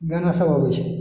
गानासब अबै छै